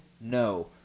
No